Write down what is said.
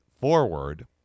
forward